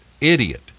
idiot